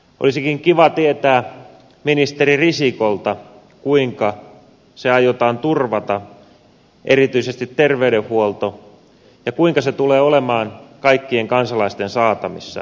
olisikin kiva kuulla ministeri risikolta kuinka se aiotaan turvata erityisesti terveydenhuolto ja kuinka se tulee olemaan kaikkien kansalaisten saatavissa